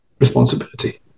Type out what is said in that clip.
responsibility